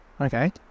okay